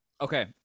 Okay